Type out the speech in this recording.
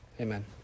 amen